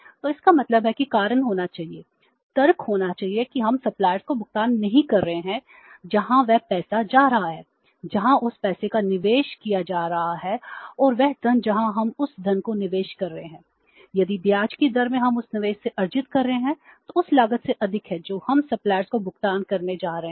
तो इसका मतलब है कि कारण होना चाहिए तर्क होना चाहिए कि हम सप्लायर्स को भुगतान करने जा रहे हैं